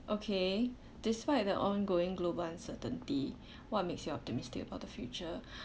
okay despite the ongoing global uncertainty what makes you optimistic about the future